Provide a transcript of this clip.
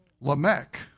Lamech